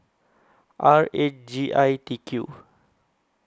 R eight G I T Q